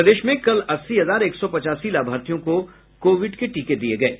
प्रदेश में कल अस्सी हजार एक सौ पचासी लाभार्थियों को कोविड के टीके दिये गये हैं